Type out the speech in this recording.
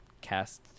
cast